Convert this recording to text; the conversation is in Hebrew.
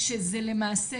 כשזה למעשה,